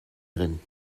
drin